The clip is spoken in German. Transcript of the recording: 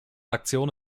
aktion